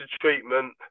treatment